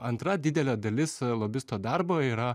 antra didelė dalis lobisto darbo yra